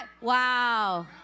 Wow